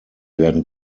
werden